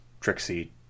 Trixie